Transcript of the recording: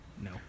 No